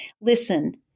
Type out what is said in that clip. Listen